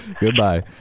Goodbye